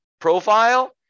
profile